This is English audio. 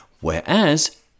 whereas